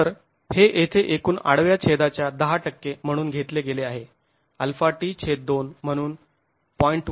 तर हे येथे एकूण आडव्या छेदाच्या १० म्हणून घेतले गेले आहे αt2 म्हणून 0